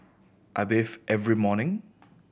I bathe every morning